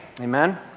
Amen